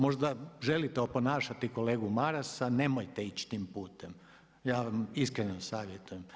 Možda želite oponašati kolegu Marasa, nemojte ići tim putem ja vam iskreno savjetujem.